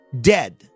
dead